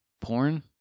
porn